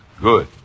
good